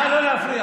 לא משנה מי,